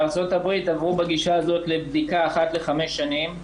בארצות הברית עברו בגישה הזאת לבדיקה אחת לחמש שנים.